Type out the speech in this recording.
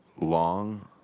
long